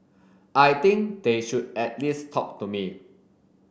I think they should at least talk to me